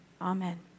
Amen